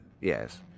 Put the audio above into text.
yes